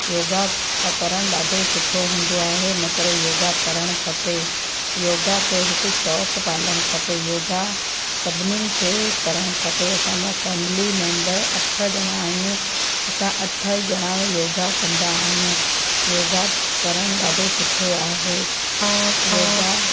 योगा करणु ॾाढो सुठो हूंदो आहे इन करे योगा करणु खपे योगा खे हिकु शौक़ु पालणु खपे योगा सभिनीनि खे करणु खपे असांजा फैमिली मैंबर अठ ॼणा आहियूं असां अठ ॼणा योगा कंदा आहियूं योगा करणु ॾाढो सुठो आहे योगा